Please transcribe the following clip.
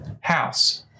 house